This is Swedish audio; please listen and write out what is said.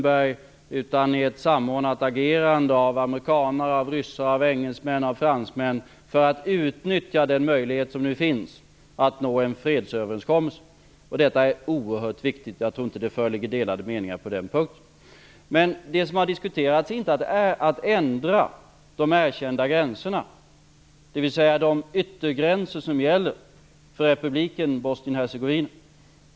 Det är fråga om ett samordnat agerande av amerikaner, ryssar, engelsmän och fransmän för att utnyttja den möjlighet som nu finns att nå en fredsöverenskommelse. Detta är oerhört viktigt. Jag tror inte att det föreligger delade meningar på den punkten. Man har dock inte diskuterat att ändra de erkända gränserna, dvs. de yttergränser som gäller för republiken Bosnien-Hercegovina.